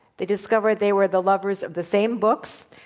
they discovered they were the lovers of the same books,